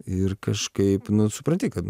ir kažkaip nu supranti kad